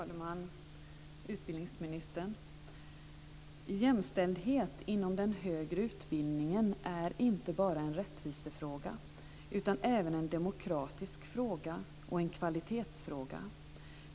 Fru talman! Utbildningsministern! "Jämställdhet inom den högre utbildningen är inte bara en rättvisefråga utan även en demokratisk fråga och en kvalitetsfråga.